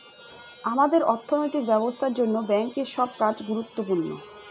আমাদের অর্থনৈতিক ব্যবস্থার জন্য ব্যাঙ্কের সব কাজ গুরুত্বপূর্ণ